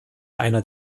einer